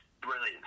brilliant